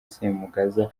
semugaza